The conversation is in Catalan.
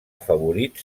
afavorit